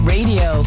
Radio